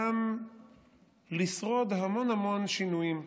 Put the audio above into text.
גם לשרוד המון המון שינויים.